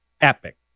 epic